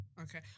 Okay